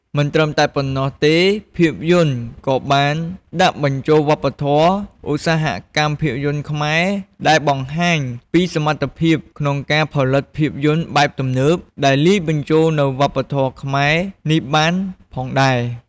មិនត្រឹមតែប៉ុណ្ណោះទេភាពយន្តក៏បានដាក់បញ្ចូលវប្បធម៌ ឧស្សាហកម្មភាពយន្តខ្មែរ ដែលបង្ហាញពីសមត្ថភាពក្នុងការផលិតភាពយន្តបែបទំនើប ដែលលាយបញ្ចូលនូវវប្បធម៌ខ្មែរនេះបានផងដែរ ។